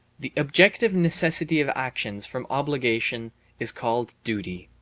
the objective necessity of actions from obligation is called duty.